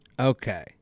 Okay